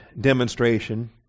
demonstration